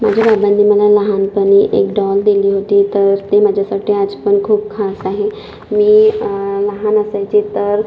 माझ्या बाबांनी मला लहानपणी एक डॉल दिली होती तर ते माझ्यासाठी आज पण खूप खास आहे मी लहान असायचे तर